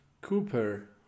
cooper